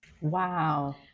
Wow